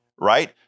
right